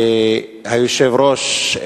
היושב-ראש,